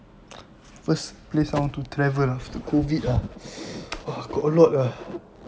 first place I want to travel after COVID ah got a lot ah